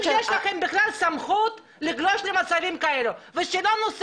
אני חושבת ש --- השאלה מאוד פשוטה,